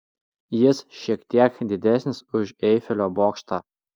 jis šiek tiek didesnis už eifelio bokštą